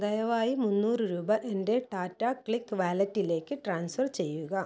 ദയവായി മുന്നൂറ് രൂപ എൻ്റെ ടാറ്റാ ക്ലിക്ക് വാലറ്റിലേക്ക് ട്രാൻസ്ഫർ ചെയ്യുക